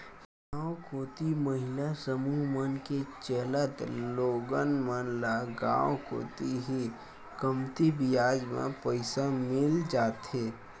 गांव कोती महिला समूह मन के चलत लोगन मन ल गांव कोती ही कमती बियाज म पइसा मिल जाथे